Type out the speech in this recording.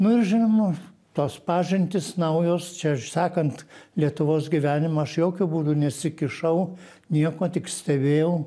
nu ir žinoma tos pažintys naujos čia ir sakant lietuvos gyvenimą aš jokiu būdu nesikišau nieko tik stebėjau